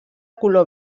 color